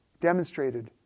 demonstrated